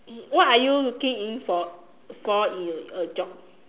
what are you looking in for for in a a job